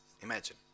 Imagine